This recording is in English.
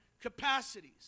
capacities